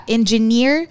Engineer